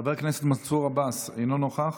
חבר הכנסת מנסור עבאס, אינו נוכח,